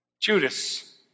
Judas